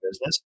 business